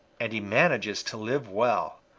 and he manages to live well.